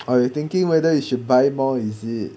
like you thinking whether you should buy more is it